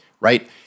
right